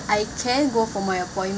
I can go for my appointments